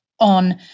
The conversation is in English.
On